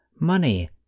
money